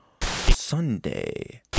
Sunday